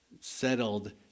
settled